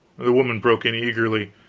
the woman broke in, eagerly